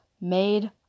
Made